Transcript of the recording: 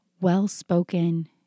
well-spoken